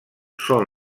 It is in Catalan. són